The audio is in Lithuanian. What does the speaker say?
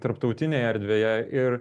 tarptautinėje erdvėje ir